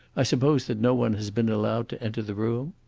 i suppose that no one has been allowed to enter the room?